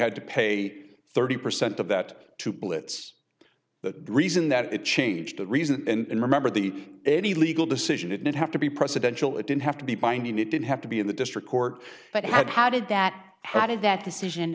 had to pay thirty percent of that to blitz the reason that it changed the reason and remember the any legal decision it would have to be presidential it didn't have to be binding it didn't have to be in the district court but how did that how did that decision